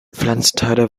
pflanzenteile